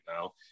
now